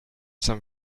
some